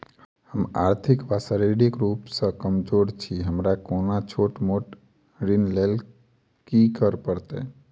हम आर्थिक व शारीरिक रूप सँ कमजोर छी हमरा कोनों छोट मोट ऋण लैल की करै पड़तै?